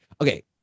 okay